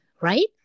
right